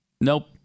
Nope